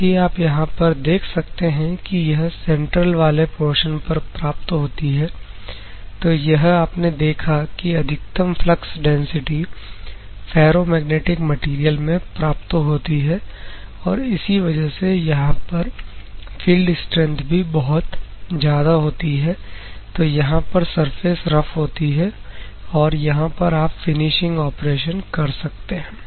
साथ ही आप यहां पर देख सकते हैं कि यह सेंट्रल वाले पोर्शन पर प्राप्त होती है तो यह आपने देखा कि अधिकतम फ्लक्स डेंसिटी फेरोमैग्नेटिक मैटेरियल में प्राप्त होती है और इसी वजह से यहां पर फील्ड स्ट्रैंथ भी बहुत ज्यादा होती है तो यहां पर सरफेस रफ होती है और यहां पर आप फिनिशिंग ऑपरेशन कर सकते हैं